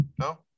No